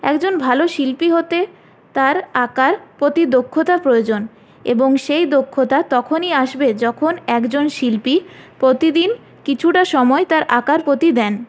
একজন ভালো শিল্পী হতে তার আঁকার প্রতি দক্ষতার প্রয়োজন এবং সেই দক্ষতা তখনই আসবে যখন একজন শিল্পী প্রতিদিন কিছুটা সময় তার আঁকার প্রতি দেন